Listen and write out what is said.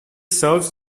serves